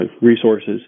resources